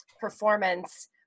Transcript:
performance